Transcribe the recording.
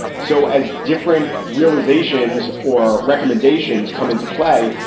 so as different realizations or recommendations come into play,